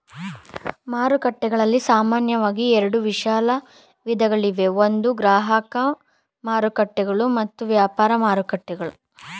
ಮಾರುಕಟ್ಟೆಗಳು ಸಾಮಾನ್ಯವಾಗಿ ಎರಡು ವಿಶಾಲ ವಿಧಗಳಿವೆ ಒಂದು ಗ್ರಾಹಕ ಮಾರುಕಟ್ಟೆಗಳು ಮತ್ತು ವ್ಯಾಪಾರ ಮಾರುಕಟ್ಟೆಗಳು